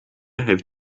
heeft